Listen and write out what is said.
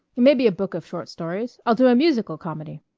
and maybe a book of short stories, i'll do a musical comedy.